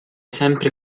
sempre